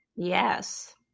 Yes